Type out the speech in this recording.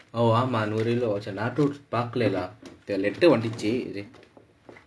oh ஆமா அந்த நூறு வெள்ளி:aamaa antha nooru velli voucher நான்:naan too பார்க்கவில்லை:paarkavillai lah இந்த:intha letter வந்துச்சு:vanthuchu